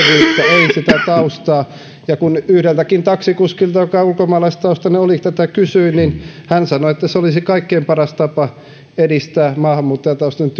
ei sitä taustaa ja kun yhdeltäkin taksikuskilta joka ulkomaalaistaustainen oli tätä kysyin niin hän sanoi että se olisi kaikkein paras tapa edistää maahanmuuttajataustaisten